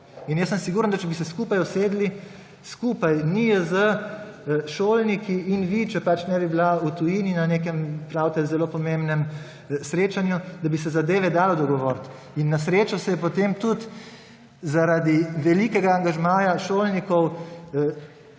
sem, da če bi se skupaj usedli, skupaj NIJZ, šolniki in vi, če pač ne bi bili v tujini na nekem, pravite, zelo pomembnem srečanju, da bi se zadeve dalo govoriti. In na srečo se je potem tudi zaradi velikega angažmaja šolnikov